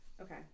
okay